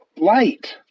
light